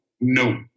no